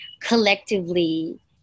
collectively